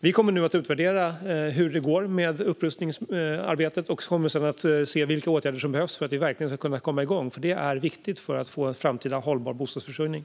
Vi kommer nu att utvärdera hur det går med upprustningsarbetet och kommer sedan att se vilka åtgärder som behövs för att verkligen komma igång, för det är viktigt för att få en framtida hållbar bostadsförsörjning.